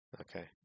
Okay